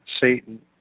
Satan